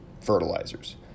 fertilizers